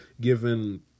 given